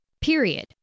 period